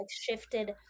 shifted